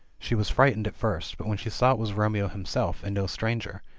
she was frightened at first, but when she saw it was romeo him self, and no stranger,